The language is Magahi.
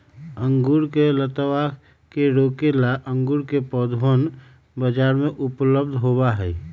अंगूर के लतावा के रोके ला अंगूर के पौधवन बाजार में उपलब्ध होबा हई